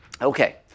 Okay